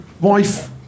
wife